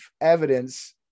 evidence